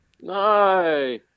No